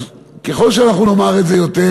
אז ככל שאנחנו נאמר את זה יותר,